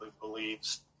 believes